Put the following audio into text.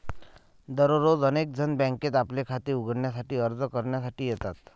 दररोज अनेक जण बँकेत आपले खाते उघडण्यासाठी अर्ज करण्यासाठी येतात